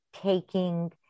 taking